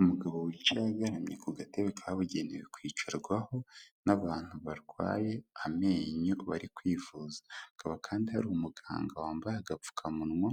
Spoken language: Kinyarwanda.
Umugabo wicaye agaramye ku gatebe kabugenewe kwicarwaho n'abantu barwaye amenyo bari kwivuza, hakaba kandi hari umuganga wambaye agapfukamunwa,